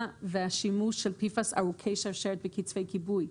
והשימוש של PFAS ארוכי שרשרת בקצפי כיבוי.